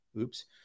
Oops